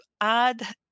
add